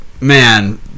man